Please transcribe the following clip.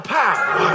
power